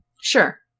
Sure